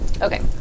Okay